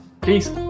Peace